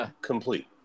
complete